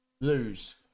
lose